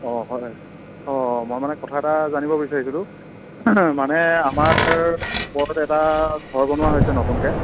অঁ হয় অঁ মই মানে কথা এটা জানিব বিচাৰিছিলোঁ মানে আমাৰ ওপৰত এটা ঘৰ বনোৱা হৈছে নতুনকৈ